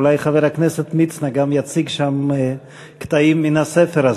אולי חבר הכנסת מצנע גם יציג שם קטעים מן הספר הזה.